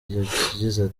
yakize